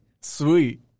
Sweet